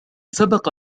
سبق